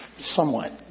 somewhat